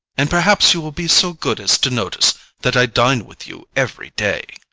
and perhaps you will be so good as to notice that i dine with you every day.